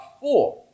four